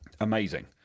amazing